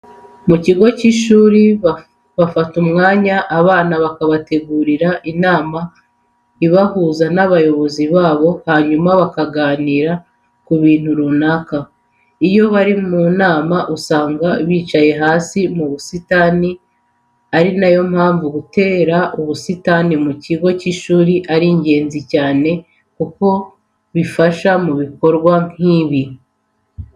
Mu kigo cy'ishuri bafata umwanya abana bakabategurira inama ibahuza n'abayobozi babo hanyuma bakaganira ku bintu runaka. Iyo bari mu nama usanga bicaye hasi mu busitani, ari na yo mpamvu gutera ubusitani mu kigo cy'ishuri ari ingenzi cyane kuko bifasha mu bikorwa nk'ibi.